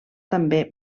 també